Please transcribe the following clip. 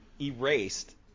erased